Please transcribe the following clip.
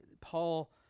Paul